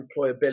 employability